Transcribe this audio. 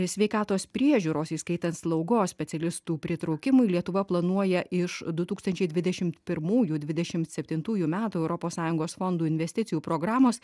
sveikatos priežiūros įskaitant slaugos specialistų pritraukimui lietuva planuoja iš du tūkstančiai dvidešimt pirmųjų dvidešimt septintųjų metų europos sąjungos fondų investicijų programos